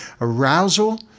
arousal